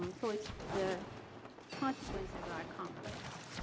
um so it's the consequences are complex.